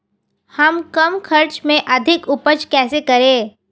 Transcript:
हम कम खर्च में अधिक उपज कैसे करें?